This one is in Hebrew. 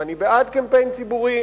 ואני בעד קמפיין ציבורי,